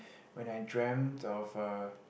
when I dreamt of uh